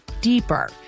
deeper